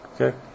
Okay